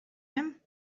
him